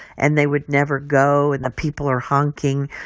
and they would never go and the people are honking.